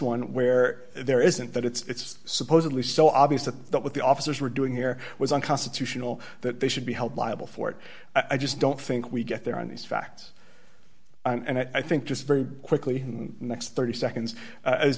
one where there isn't that it's supposedly so obvious that that with the officers were doing here was unconstitutional that they should be held liable for it i just don't think we get there on these facts and i think just very quickly next thirty seconds